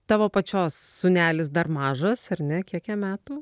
tavo pačios sūnelis dar mažas ar ne kiek jam metų